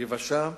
ביבשה,